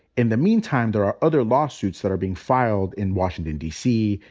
in the meantime, there are other lawsuit that are being filed in washington, d. c,